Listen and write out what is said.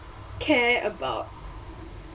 care about